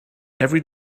every